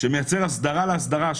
שמייצר הסדרה על האסדרה,